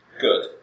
good